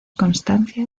constancia